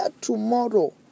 tomorrow